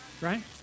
Right